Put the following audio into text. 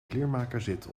kleermakerszit